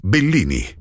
Bellini